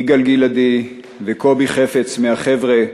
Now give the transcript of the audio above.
יגאל גלעדי וקובי חפץ, מהחבר'ה,